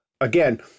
again